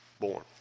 Born